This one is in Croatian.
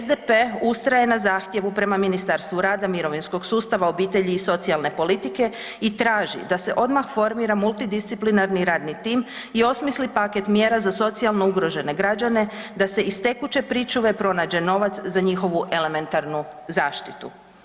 SDP ustraje na zahtjevu prema Ministarstvu rada, mirovinskog sustava, obitelji i socijalne politike i traži da se odmah formira multidisciplinarni radni tim i osmisli paket mjera za socijalno ugrožene građane, da se iz tekuće pričuve pronađe novac za njihovu elementarnu zaštitu.